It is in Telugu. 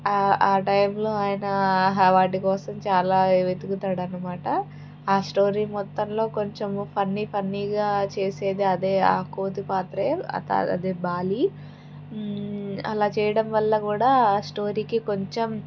టైంలో ఆయన వాటి కోసం చాలా వెతుకుతాడనమాట ఆ స్టోరీ మొత్తంలో కొంచెం ఫన్నీ ఫన్నీగా చేసేది అదే ఆ కోతి పాత్ర అది బాలీ అలా చేయడం వల్ల కూడా ఆ స్టోరీకి కొంచెం